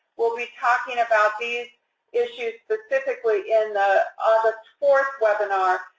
we'll be talking about these issues specifically in ah ah the fourth webinar.